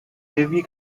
heavy